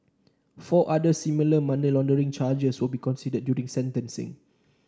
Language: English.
four other similar money laundering charges will be considered during sentencing